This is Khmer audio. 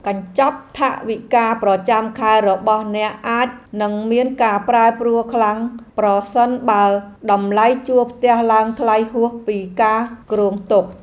កញ្ចប់ថវិកាប្រចាំខែរបស់អ្នកអាចនឹងមានការប្រែប្រួលខ្លាំងប្រសិនបើតម្លៃជួលផ្ទះឡើងថ្លៃហួសពីការគ្រោងទុក។